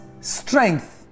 strength